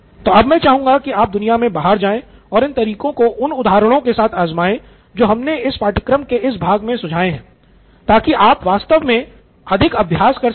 तो अब मैं चाहूंगा कि आप दुनिया में बाहर जाएं और इन तरीकों को उन उदाहरणों के साथ आज़माए जो हमने इस पाठ्यक्रम के इस भाग में सुझाए हैं ताकि आप वास्तव में अधिक अभ्यास कर सकें